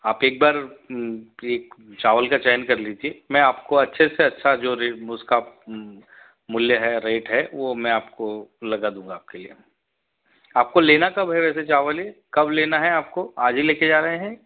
आप एक बार एक चावल का चयन कर लिजिए मैं आपको अच्छे से अच्छा जो उसका मूल्य है रेट है वो मैं आपको लगा दूंगा आपके लिए आपको लेना कब है वैसे चावल ये कब लेना है आपको ये आज ही ले कर जा रहे हैं